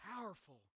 powerful